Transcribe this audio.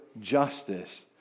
justice